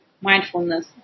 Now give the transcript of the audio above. mindfulness